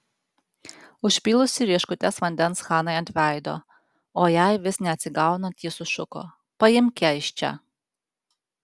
užpylusi rieškutes vandens hanai ant veido o jai vis neatsigaunant ji sušuko paimk ją iš čia